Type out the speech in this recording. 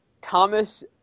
Thomas